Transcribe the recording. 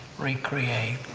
re-create,